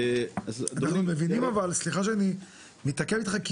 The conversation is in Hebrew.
סליחה שאני מתעכב איתך,